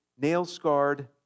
nail-scarred